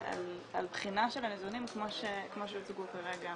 על בחינה של הנתונים כמו שהוצגו כרגע,